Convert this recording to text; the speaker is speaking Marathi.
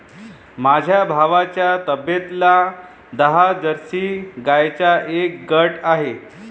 माझ्या भावाच्या तबेल्यात दहा जर्सी गाईंचा एक गट आहे